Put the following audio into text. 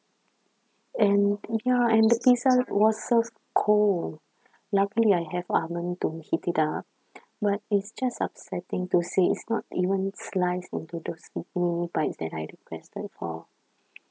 and ya and the pizza was served cold luckily I have oven to heat it up but it's just upsetting to say it's not even sliced into those mini bites that I requested for